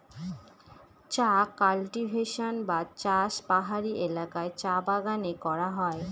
চা কাল্টিভেশন বা চাষ পাহাড়ি এলাকায় চা বাগানে করা হয়